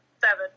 Seven